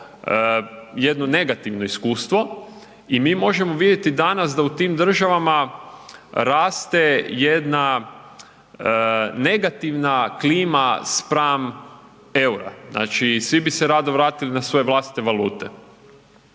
jedno negativno iskustvo. I mi možemo vidjeti danas da u tim državama raste jedna negativna klima spram EUR-a. Znači svi bi se rado vratili na svoje vlastite valute.